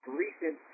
recent